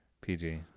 PG